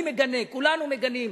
אני מגנה, כולנו מגנים.